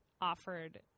offered